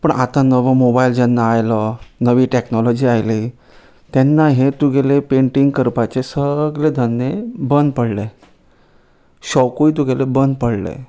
पूण आतां नवो मोबायल जेन्ना आयलो नवी टॅक्नोलॉजी आयली तेन्ना हे तुगेले पेंटींग करपाचे सगले धंदेय बंद पडले शौकूय तुगेले बंद पडले